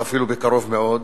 אפילו בקרוב מאוד,